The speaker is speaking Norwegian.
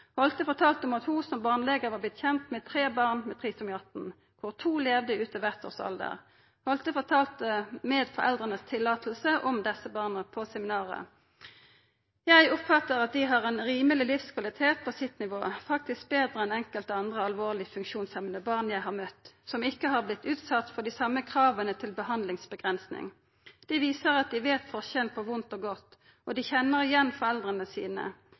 Holte fortalte at ho som barnelege hadde vorte kjent med tre barn med trisomi 18, der to levde utover eitt års alder. Holte fortalte, med foreldras løyve, om desse barna på seminaret: «Jeg oppfatter at de har en rimelig livskvalitet på sitt nivå. Faktisk bedre enn enkelte andre alvorlig funksjonshemmede barn jeg har møtt, som ikke har blitt utsatt for de samme kravene til behandlingsbegrensning. De viser at de vet forskjellen på vondt og godt, og de kjenner igjen foreldrene sine.